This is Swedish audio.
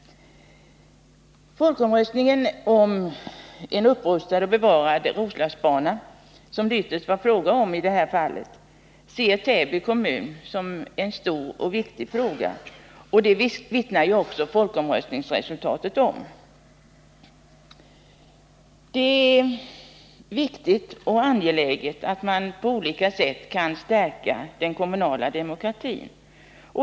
Folkomröstningen om en upprustad och bevarad Roslagsbana, som det ytterst var fråga om i det här fallet, ser Täby kommun som en stor och viktig fråga, och det vittnar ju också folkomröstningsresultatet om. Det är viktigt och angeläget att man på olika sätt kan stärka den kommunala demokratin.